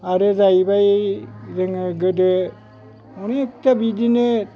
आरो जाहैबाय जोङो गोदो अनेख था बिदिनो